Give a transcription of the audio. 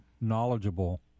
knowledgeable